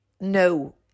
no